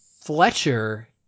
Fletcher